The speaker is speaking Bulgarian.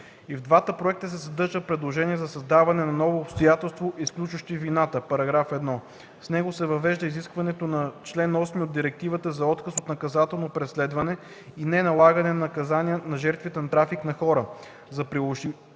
И в двата проекта се съдържа предложение за създаване на ново обстоятелство, изключващо вината –§ 1. С него се въвежда изискването на чл. 8 от Директивата за отказ от наказателно преследване и неналагане на наказания на жертвата на трафика на хора. За приложимостта